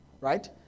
Right